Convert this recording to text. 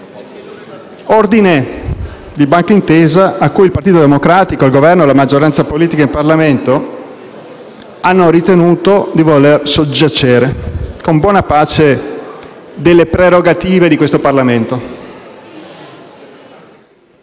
ordine di Banca Intesa Sanpaolo a cui il Partito Democratico, il Governo e la maggioranza politica hanno ritenuto di voler soggiacere, con buona pace delle prerogative del Parlamento.